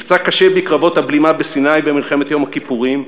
נפצע קשה בקרבות הבלימה בסיני במלחמת יום הכיפורים,